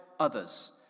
others